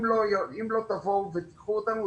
אם לא תבואו ותיקחו אותנו,